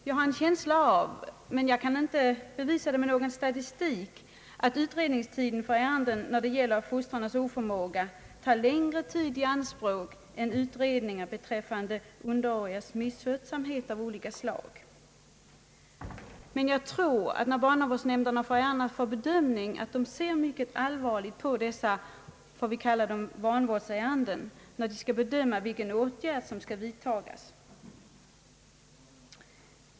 Jag har en känsla av — men kan inte bevisa det med någon statistik — att utredningar i ärenden beträffande fostrares oförmåga tar längre tid i anspråk än utredningar beträffande underårigas misskötsamhet av olika slag. Men jag tror att barnavårdsnämnderna, när de får ärendena för bedömning, ofta ser mycket allvarligt på dessa ärenden, skall vi kalla dem vanvårdsärenden, vid sin bedömning av vilken åtgärd som skall vidtagas.